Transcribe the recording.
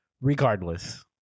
regardless